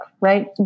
right